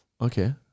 Okay